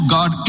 God